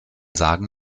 sagen